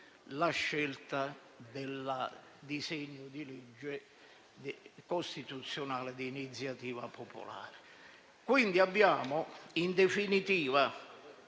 la scelta del disegno di legge costituzionale di iniziativa popolare. Abbiamo in definitiva